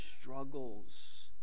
struggles